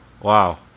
Wow